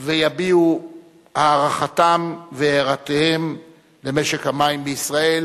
ויביעו את הערכתם והערותיהם על משק המים בישראל,